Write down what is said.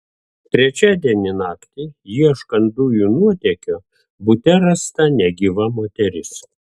trečiadienį naktį ieškant dujų nuotėkio bute rasta negyva moteris